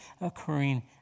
occurring